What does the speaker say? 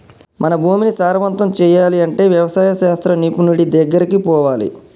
మన భూమిని సారవంతం చేయాలి అంటే వ్యవసాయ శాస్త్ర నిపుణుడి దెగ్గరికి పోవాలి